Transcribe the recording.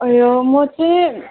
उयो म चाहिँ